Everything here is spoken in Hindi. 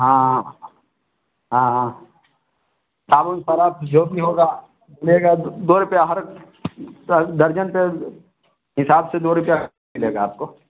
हाँ हाँ हाँ साबुन सरफ जो भी होगा मिलेगा दो रुपया हर दर्जन पर हिसाब से दो रुपया मिलेगा आपको